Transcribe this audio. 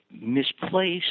misplaced